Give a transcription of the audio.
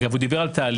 אגב הוא דיבר על תהליך,